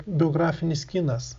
biografinis kinas